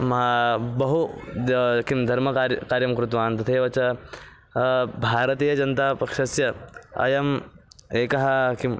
मा बहु द् किं धर्मकार्यं कार्यं कृतवान् तथैव च भारतीयजनतापक्षस्य अयम् एकः किं